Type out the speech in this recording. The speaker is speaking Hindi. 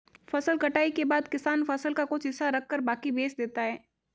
फसल कटाई के बाद किसान फसल का कुछ हिस्सा रखकर बाकी बेच देता है